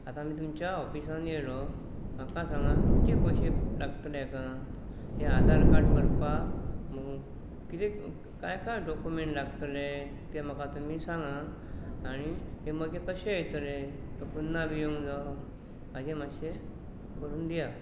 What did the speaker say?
आतां आमी तुमच्या ऑफिसान येयलो म्हाका सांगा कितके पयशे लागतले हेका हें आधार कार्ड करपाक कितें काय काय डॉक्युमँट लागतले ते म्हाका तुमी सांगा आनी हे मगे कशे येेतले तो पुन्हा बी येवंक जायो म्हाजें मातशें करून दिया